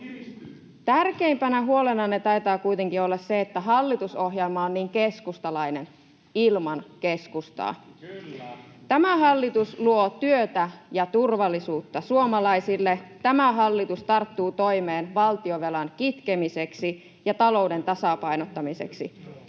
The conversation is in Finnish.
Tärkeimpänä huolenanne taitaa kuitenkin olla se, että hallitusohjelma on niin keskustalainen ilman keskustaa. Tämä hallitus luo työtä ja turvallisuutta suomalaisille, tämä hallitus tarttuu toimeen valtionvelan kitkemiseksi ja talouden tasapainottamiseksi,